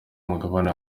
mugabane